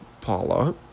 Paula